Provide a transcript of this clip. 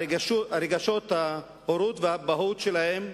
על רגשות ההורות והאבהות שלהם,